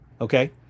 okay